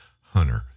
Hunter